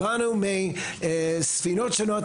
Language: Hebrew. באנו מספינות שונות,